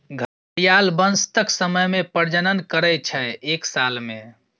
घड़ियाल बसंतक समय मे प्रजनन करय छै एक साल मे